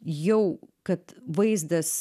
jau kad vaizdas